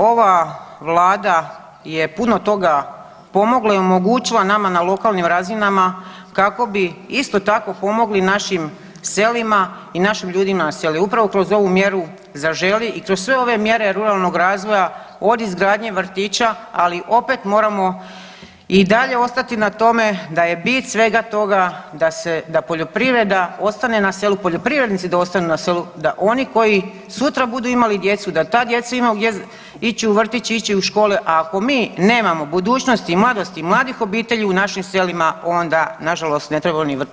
Ova vlada je puno toga pomogla i omogućila nama na lokalnim razinama kako bi isto tako pomogli našim selima i našim ljudima na selu upravo kroz ovu mjeru „Zaželi“ i kroz sve ove mjere ruralnog razvoja od izgradnje vrtića, ali opet moramo i dalje ostati na tome da je bit svega toga da se, da poljoprivreda ostane na selu, poljoprivrednici da ostanu na selu, da oni koji sutra budu imali djecu da ta djeca imaju gdje ići u vrtić, ići u škole, a ako mi nemamo budućnosti i mladosti i mladih obitelji u našim selima onda nažalost ne trebaju ni vrtići ni škole.